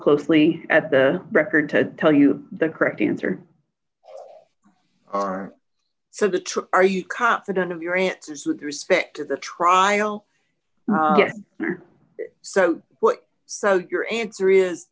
closely at the record to tell you the correct answer for the two are you confident of your answers with respect to the trial so what so your answer is